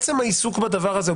עצם העיסוק בדבר הזה,